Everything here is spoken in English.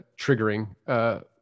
triggering